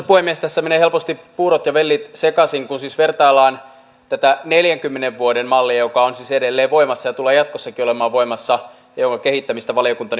puhemies tässä menee helposti puurot ja vellit sekaisin kun siis vertaillaan tätä neljänkymmenen vuoden mallia joka on siis edelleen voimassa ja tulee jatkossakin olemaan voimassa ja jonka kehittämistä valiokunta